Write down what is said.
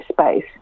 space